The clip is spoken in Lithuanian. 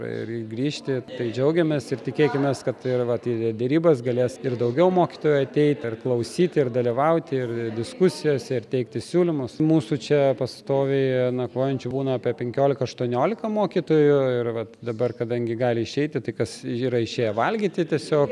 ir grįžti tai džiaugiamės ir tikėkimės kad tai vat į derybas galės ir daugiau mokytojų ateiti ar klausyti ir dalyvauti ir diskusijose ir teikti siūlymus mūsų čia pastoviai nakvojančių būna apie penkiolika aštuoniolika mokytojų ir vat dabar kadangi gali išeiti tai kas yra išėję valgyti tiesiog